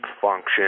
function